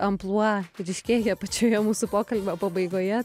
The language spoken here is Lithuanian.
amplua ryškėja pačioje mūsų pokalbio pabaigoje